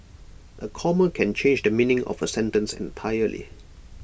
A comma can change the meaning of A sentence entirely